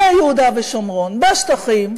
ביהודה ושומרון, בשטחים,